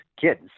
kids